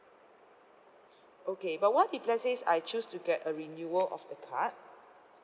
okay but what if let's says I choose to get a renewal of the card